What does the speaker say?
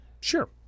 Sure